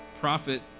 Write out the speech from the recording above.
prophet